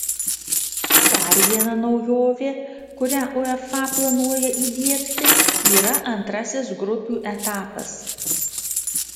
dar viena naujovė kurią uefa planuoja įdiegti yra antrasis grupių etapas